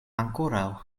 ankoraŭ